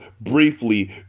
briefly